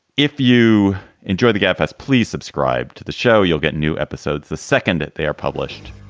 if you enjoy the gap as please subscribe to the show, you'll get new episodes the second they are published.